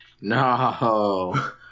No